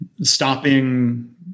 stopping